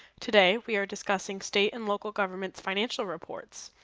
today we are discussing state and local governments financial reports,